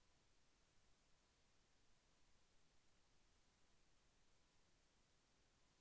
నేను నా మొబైల్కు ఎలా రీఛార్జ్ చేసుకోవాలి?